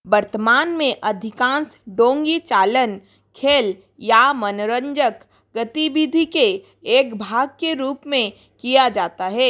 वर्तमान में अधिकांश डोंगी चालन खेल या मनोरंजक गतिविधि के एक भाग के रूप में किया जाता है